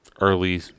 early